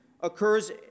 occurs